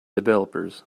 developers